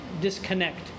disconnect